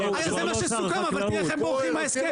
הרי זה מה שסוכם, אבל תראה איך הם בורחים מההסכם.